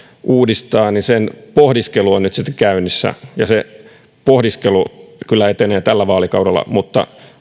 uudistaa pohdiskelu on nyt käynnissä se pohdiskelu kyllä etenee tällä vaalikaudella mutta